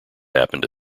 happened